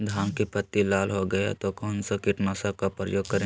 धान की पत्ती लाल हो गए तो कौन सा कीटनाशक का प्रयोग करें?